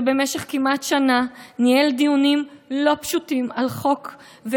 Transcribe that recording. שבמשך כמעט שנה ניהל דיונים לא פשוטים על החוק,